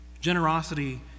generosity